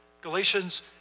Galatians